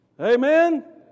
Amen